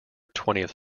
twentieth